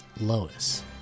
Lois